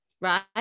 right